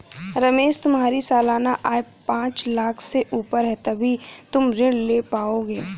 रमेश तुम्हारी सालाना आय पांच लाख़ से ऊपर है तभी तुम ऋण ले पाओगे